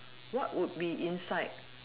what would be inside